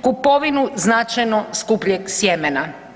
kupovinu značajno skupljeg sjemena.